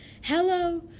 Hello